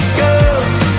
girls